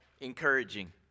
encouraging